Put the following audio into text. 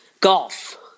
Golf